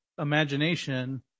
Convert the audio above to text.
imagination